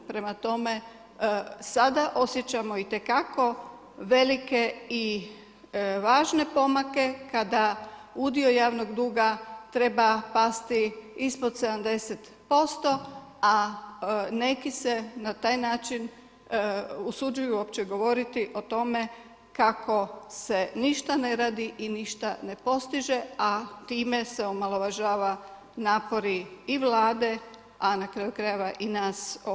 Prema tome, sada osjećamo itekako velike i važne pomake kada udio javnog duga treba pasti ispod 70%, a neki se na taj način usuđuju uopće govoriti o tome kako se ništa ne radi i ništa ne postiže, a time se omalovažava napori i Vlade, a na kraju krajeva i nas ovdje saborskih zastupnika.